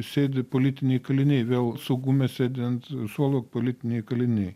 sėdi politiniai kaliniai vėl saugume sėdi ant suolo politiniai kaliniai